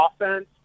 offense